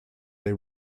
they